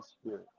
Spirit